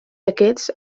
aquests